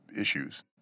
issues